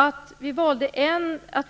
Att vi